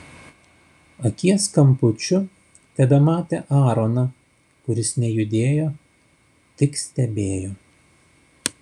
akies kampučiu tebematė aaroną kuris nejudėjo tik stebėjo